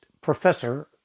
professor